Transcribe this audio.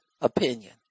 opinion